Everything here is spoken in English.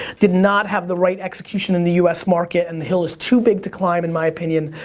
did not have the right execution in the us market. and the hill is too big to climb, in my opinion,